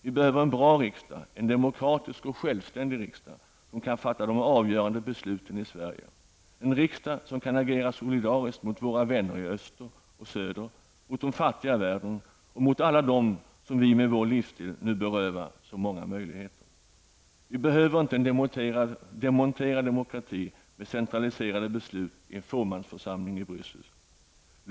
Vi behöver en bra riksdag, en demokratisk och självständig riksdag, som kan fatta de avgörande besluten i Sverige, en riksdag somkan agera solidariskt mot våra vänner i öster och söder, mot de fattiga i världen mot alla dem som vi med vår livsstil nu berövar så många möjligheter. Vi behöver inte en demonterad demokrati med centraliserade beslut i en fåmansförsamling i Bryssel.